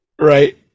Right